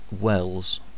wells